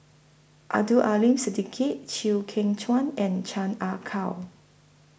Abdul Aleem Siddique Chew Kheng Chuan and Chan Ah Kow